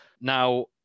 Now